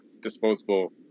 disposable